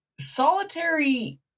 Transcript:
Solitary